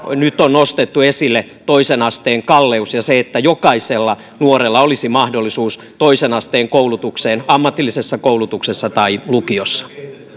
nyt on myös nostettu esille toisen asteen kalleus ja se että jokaisella nuorella olisi mahdollisuus toisen asteen koulutukseen ammatillisessa koulutuksessa tai lukiossa